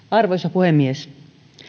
arvoisa puhemies